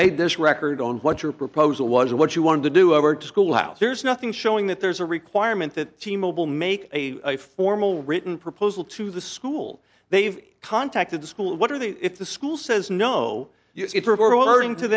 made this record on what your proposal was or what you wanted to do over to school house there's nothing showing that there's a requirement that the mobile make a formal written proposal to the school they've contacted the school what are they if the school says no